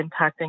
impacting